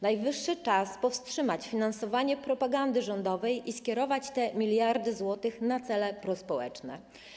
Najwyższy czas powstrzymać finansowanie propagandy rządowej i skierować te miliardy złotych na cele prospołeczne.